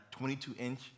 22-inch